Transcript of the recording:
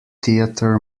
theatre